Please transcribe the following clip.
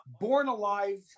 born-alive